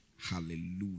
hallelujah